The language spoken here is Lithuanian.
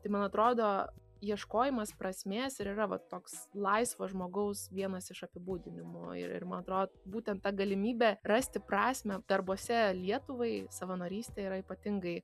tai man atrodo ieškojimas prasmės ir yra va toks laisvo žmogaus vienas iš apibūdinimų ir ir man atro būtent ta galimybė rasti prasmę darbuose lietuvai savanorystė yra ypatingai